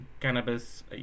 cannabis